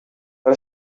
but